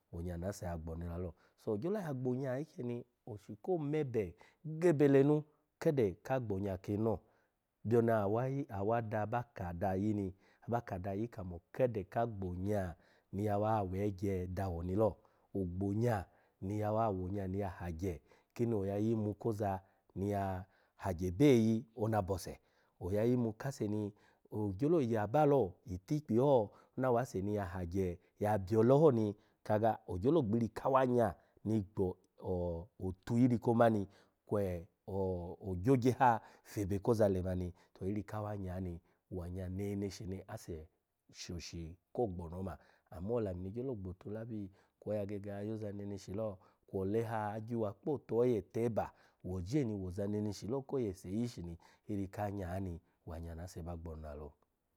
Wonya na ase ya gbo ni lalo. So ogyolo ya gbonya ikyeni oshu ko mebe gebe lenu kede ka gbonya kin lo byoni awayi awada ba ka da ayi ni aba ka da ayi kamo kede ka gbonyani yawa wegye dawo ni lo, ogbonya ni yawa wonya ni ya hagye kini oya yimu koza niya hagye be eyi ona bose, oya yimu kase ni, ogyolo yaba lo itikpi ho ona wase ni ya hagye ya byo ole ho ni, kaga ogyolo gbi iri ka awanya ni gbo o-out iri komami kwe o-iri ko gyogye ha febe koza lemani to iri kawa niyani wanya neneshi ni ase shoshi ko gbo ni oma amo olamu ni gyolo gbotu labi kwo oya gege ya yoza neneshi lo kwo ole ha agyuwa kpo out oye teba, woje ni woza neneshi lo ko yese yishi ni iri ka anya ni wa anya na ase ba gbo na lo.